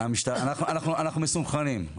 אנחנו מסונכרנים.